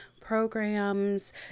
programs